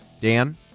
Dan